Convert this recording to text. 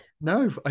no